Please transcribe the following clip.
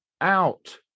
out